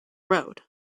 road